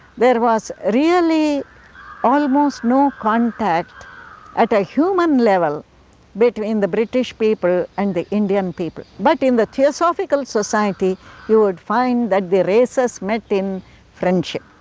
there was really almost no contact at a human level between the british people and the indian people. but in the theosophical society you would find that the races met in friendship.